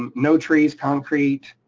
um no trees, concrete,